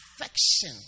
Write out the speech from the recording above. affection